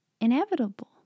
inevitable